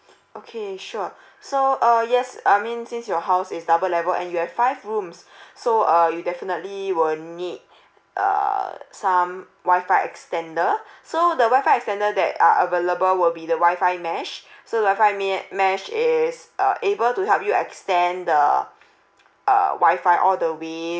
okay sure so uh yes I mean since your house is double level and you have five rooms so uh you definitely will need uh some wi-fi extender so the wi-fi that are available will be the wi-fi mesh so wi-fi me~ mesh is uh able to help you extend the err wi-fi all the way